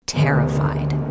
terrified